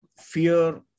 fear